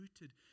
rooted